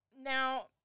Now